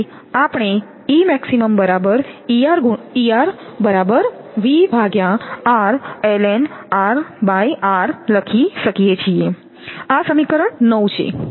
તેથી આપણે લખી શકીએ આ સમીકરણ 9 છે